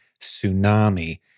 tsunami